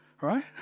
right